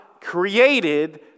created